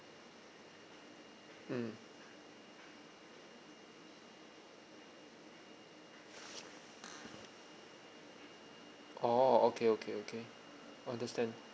mm orh okay okay okay understand